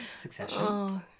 Succession